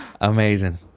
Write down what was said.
Amazing